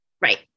Right